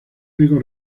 único